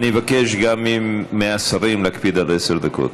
אני מבקש גם מהשרים להקפיד על עשר דקות.